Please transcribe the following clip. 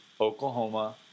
Oklahoma